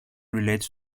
relates